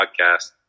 podcast